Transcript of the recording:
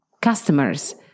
customers